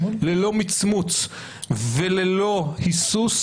ללא מצמוץ וללא היסוס.